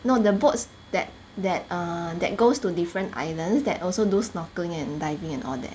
no the boats that that err that goes to different islands that also do snorkeling and diving and all that